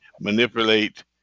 manipulate